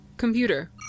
Computer